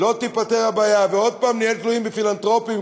לא תיפתר הבעיה ועוד פעם נהיה תלויים בפילנתרופים,